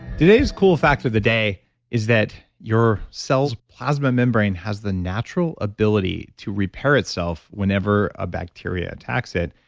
today's cool fact of the day is that your cell's plasma membrane has the natural ability to repair itself whenever a bacteria attacks it.